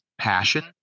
passion